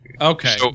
Okay